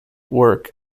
work